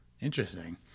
Interesting